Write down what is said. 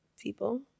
people